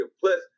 Plus